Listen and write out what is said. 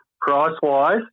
price-wise